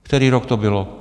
Který rok to bylo?